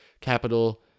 capital